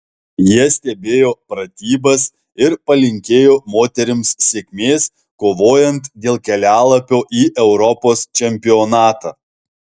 jie stebėjo pratybas ir palinkėjo moterims sėkmės kovojant dėl kelialapio į europos čempionatą